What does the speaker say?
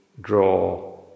draw